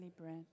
bread